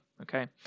okay